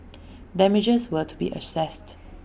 damages were to be assessed